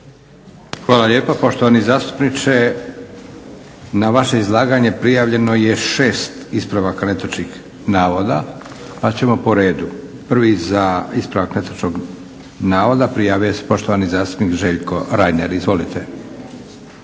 Hvala lijepa poštovani zastupniče. Na vaše izlaganje prijavljeno je 6 ispravaka netočnih navoda pa ćemo po redu. Prvi za ispravak netočnog navoda prijavio se poštovani zastupnik Željko Reiner. Izvolite.